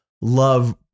love